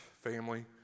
family